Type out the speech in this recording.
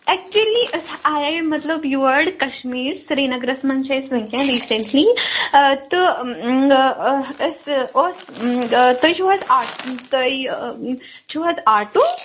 actually أسۍ آیےَ مَطلب یور کَشمیٖر سِریٖنَگرَس منٛز چھِ أسۍ وُنکیٚن ریٖسیٚنٛٹلی تہٕ اسہِ اوس تُہۍ چھِو حظ آٹ تُہۍ چھُو حظ آٹوٗ